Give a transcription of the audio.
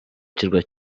kirwa